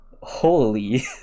Holy